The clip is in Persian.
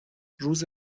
روز